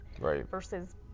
versus